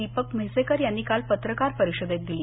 दीपक म्हैसेकर यांनी कालपत्रकार परिषदेत दिली